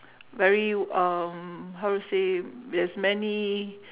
very um how to say there's many